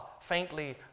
faintly